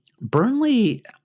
Burnley